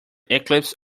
eclipse